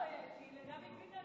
לדוד ביטן